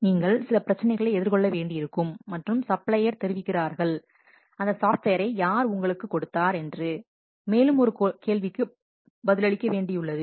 எனவே நீங்கள் சில பிரச்சனைகளை எதிர்கொள்ள வேண்டியிருக்கும் மற்றும் சப்ளையர் தெரிவிக்கிறார்கள் அந்த சாஃப்ட்வேரை யார் உங்களுக்கு கொடுத்தார் என்று மேலும் ஒரு கேள்விக்கு பதிலளிக்கவேண்டியுள்ளது